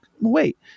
wait